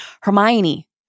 Hermione